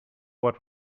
what